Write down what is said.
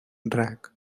drag